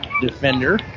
defender